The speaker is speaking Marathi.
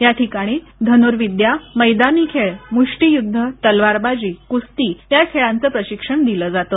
या ठिकाणी धनुर्विद्या मैदानी खेल मुष्ठी युद्ध तलवार बाजी कुस्ती या खेळाचं प्रशिक्षण दिलं जातं